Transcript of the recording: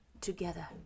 together